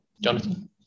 Jonathan